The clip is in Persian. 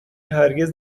هرگز